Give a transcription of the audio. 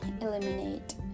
eliminate